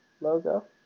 logo